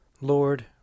Lord